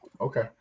Okay